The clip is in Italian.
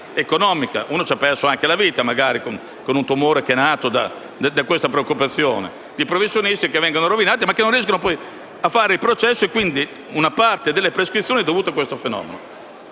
Uno ci ha perso anche la vita, magari, con un tumore che è nato da questa preoccupazione. Ci sono professionisti che vengono rovinati perché non si riesce a fare i processi; quindi una parte delle prescrizioni è dovuta a questo fenomeno.